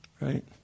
Right